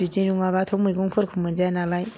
बिदि नङाबाथ' मैगंफोरखौ मोनजाया नालाय